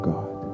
God